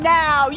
now